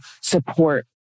support